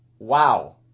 Wow